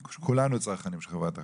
כולנו צרכנים של חברת החשמל.